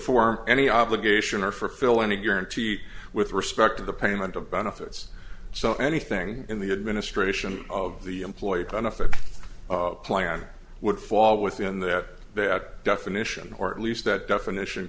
form any obligation or fill any guarantee with respect to the payment of benefits so anything in the administration of the employee benefit plan would fall within that that definition or at least that definition